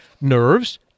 nerves